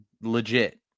Legit